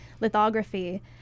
lithography